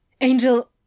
Angel